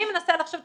אני מנסה לחשוב,